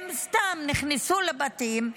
הם סתם נכנסו לבתים,